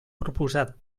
proposat